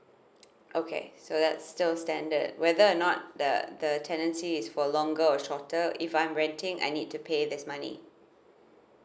okay so that's still standard whether or not the the tenancy is for longer or shorter if I'm renting I need to pay this money